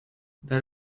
there